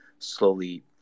slowly